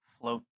float